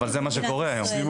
אבל זה מה שקורה היום.